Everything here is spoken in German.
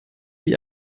wie